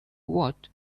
what